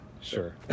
sure